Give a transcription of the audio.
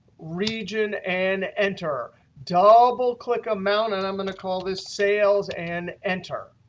region, and enter. double click amount, and i'm going to call this sales, and enter.